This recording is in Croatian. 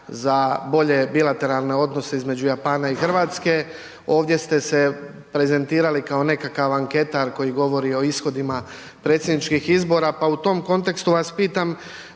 za bolje bilateralne odnose između Japana i Hrvatske, ovdje ste se prezentirali kao nekakav ankentar koji govori o ishodima predsjedničkih izbora, pa u tom kontekstu vas pitam